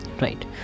right